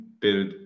build